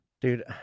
Dude